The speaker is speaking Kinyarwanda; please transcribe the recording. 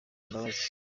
imbabazi